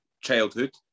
childhood